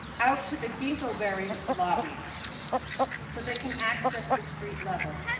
out to the ginko berry lobby so they can access the street level.